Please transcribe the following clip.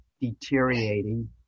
deteriorating